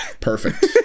Perfect